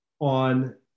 on